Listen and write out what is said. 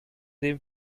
dem